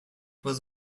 was